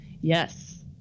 Yes